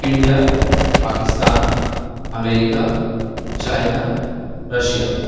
India Pakistan America China Russia